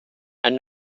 and